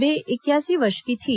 वे इकयासी वर्ष की थीं